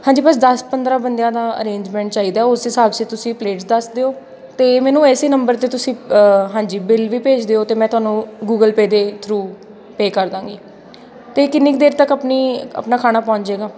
ਹਾਂਜੀ ਬਸ ਦਸ ਪੰਦਰਾਂ ਬੰਦਿਆਂ ਦਾ ਅਰੇਂਜਮੈਂਟ ਚਾਹੀਦਾ ਉਸ ਹਿਸਾਬ 'ਚ ਤੁਸੀਂ ਪਲੇਟ ਦੱਸ ਦਿਉ ਅਤੇ ਮੈਨੂੰ ਇਸ ਨੰਬਰ 'ਤੇ ਤੁਸੀਂ ਹਾਂਜੀ ਬਿੱਲ ਵੀ ਭੇਜ ਦਿਉ ਅਤੇ ਮੈਂ ਤੁਹਾਨੂੰ ਗੂਗਲ ਪੇਅ ਦੇ ਥਰੂ ਪੇਅ ਕਰ ਦੇਵਾਂਗੀ ਅਤੇ ਕਿੰਨੀ ਕੁ ਦੇਰ ਤੱਕ ਆਪਣੀ ਆਪਣਾ ਖਾਣਾ ਪਹੁੰਚ ਜਾਵੇਗਾ